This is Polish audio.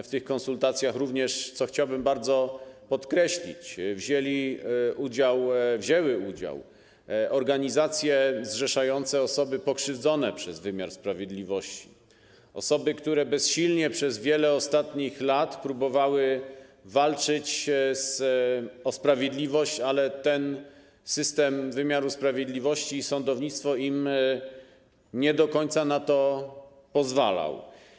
W tych konsultacjach również, co chciałbym bardzo podkreślić, wzięły udział organizacje zrzeszające osoby pokrzywdzone przez wymiar sprawiedliwości, osoby, które bezsilnie przez wiele ostatnich lat próbowały walczyć o sprawiedliwość, ale ten system wymiaru sprawiedliwości i sądownictwo im nie do końca na to pozwalały.